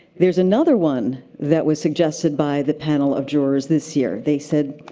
there's another one that was suggested by the panel of jurors this year. they said,